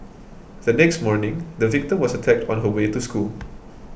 the next morning the victim was attacked on her way to school